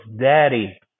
daddy